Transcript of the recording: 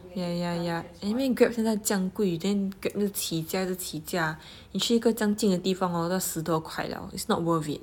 yeah yeah yeah anyway Grab 现在这样贵 then Grab 又起价又起价你去一个这样近的地方 hor 要十多块了 it's not worth it